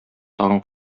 тагын